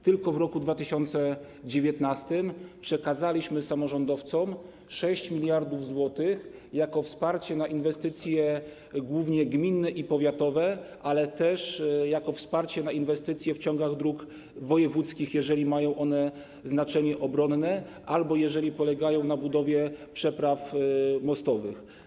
Tylko w roku 2019 przekazaliśmy samorządowcom 6 mld zł jako wsparcie na inwestycje, głównie gminne i powiatowe, ale też na inwestycje w ciągach dróg wojewódzkich, jeżeli mają one znaczenie obronne albo jeżeli polegają na budowie przepraw mostowych.